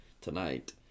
Tonight